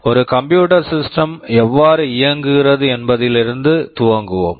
ஒரு computer system computer system எவ்வாறு இயங்குகிறது என்பதிலிருந்து துவங்குவோம்